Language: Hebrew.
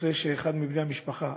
אחרי שאחד מבני המשפחה,